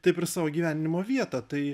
taip ir savo gyvenimo vietą tai